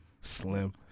Slim